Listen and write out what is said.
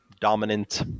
dominant